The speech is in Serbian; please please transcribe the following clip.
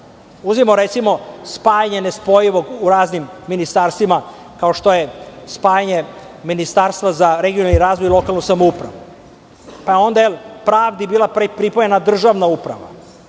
recimo, spajanje nespojivog u raznim ministarstvima, kao što je spajanje Ministarstva za regionalni razvoj i lokalnu samoupravu, pa je pravdi bila pripojena državna uprava.